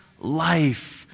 life